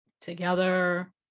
together